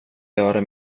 göra